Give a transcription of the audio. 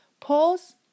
Pause